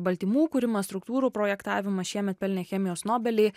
baltymų kūrimą struktūrų projektavimą šiemet pelnė chemijos nobelį